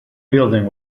building